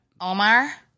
Omar